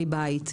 בית,